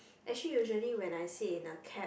actually usually when I sit in a cab